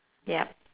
yup